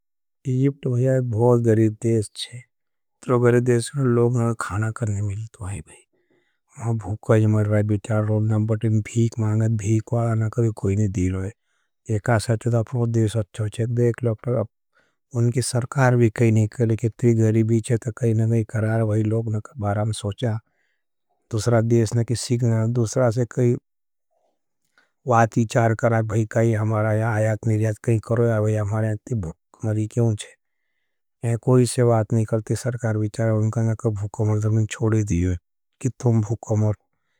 इजिब्ट भोगरी देश चे, त्रोगरे देश में लोगने का खाना करने मिलते हैं भाई। मैं भूखवाईज मर रहा हैं, बिचार रोडनां बटिन भीख मांगें, भीख वाना कभी कोई नहीं दी लोगे। एका सच था पहुँत देश अच्छो चे, देख लो पर उनकी सरकार भी कह नहीं करे। के त्री घरी बीचे तो कहने नहीं करार भाई लोगने का बाराम सोचा। दुसरा देशने के सीखने नहीं करार, दुसरा से कही वात इचार करार।